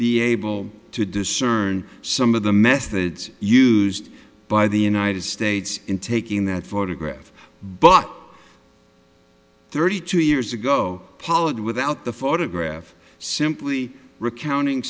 be able to discern some of the methods used by the united states in taking that photograph but thirty two years ago pollard without the photograph simply recounting